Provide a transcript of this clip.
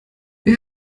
wir